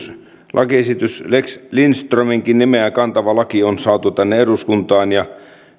lakiesitys lex lindströminkin nimeä kantava lakiesitys on saatu tänne eduskuntaan ja